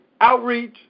Outreach